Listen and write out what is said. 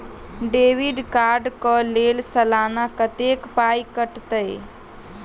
Debit card कऽ लेल सलाना कत्तेक पाई कटतै?